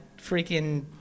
freaking